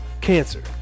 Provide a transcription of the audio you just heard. cancer